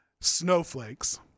snowflakes –